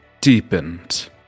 deepened